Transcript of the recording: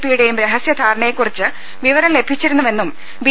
P യുടെയും രഹസ്യധാരണയെക്കുറിച്ച് വിവരം ലഭിച്ചിരുന്നുവെന്നും ബി